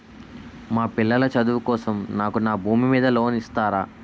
మా పిల్లల చదువు కోసం నాకు నా భూమి మీద లోన్ ఇస్తారా?